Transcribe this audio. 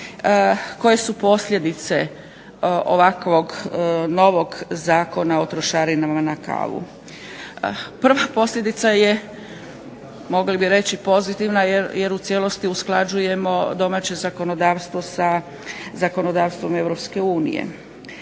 koje su posljedice ovakvog novog Zakona o trošarinama na kavu. Prva posljedica je, mogli bi reći pozitivna jer u cijelosti usklađujemo domaće zakonodavstvo sa zakonodavstvom EU.